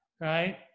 right